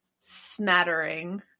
smattering